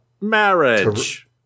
Marriage